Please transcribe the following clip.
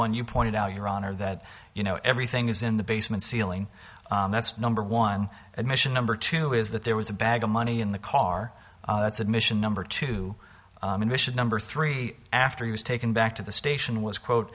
one you pointed out your honor that you know everything is in the basement ceiling that's number one admission number two is that there was a bag of money in the car that's admission number two number three after he was taken back to the station was quote